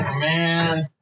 Man